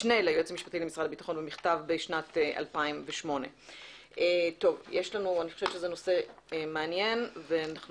במכתב בשנת 2008. אני חושבת שזה נושא מעניין ואנחנו